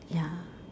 ya